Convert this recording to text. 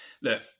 look